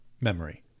memory